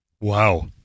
Wow